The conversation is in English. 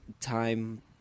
time